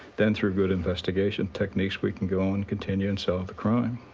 then through good investigation techniques, we can go and continue and solve the crime.